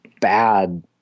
bad